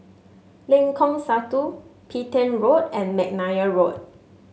Lengkong Satu Petain Road and McNair Road